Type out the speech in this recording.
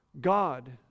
God